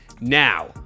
now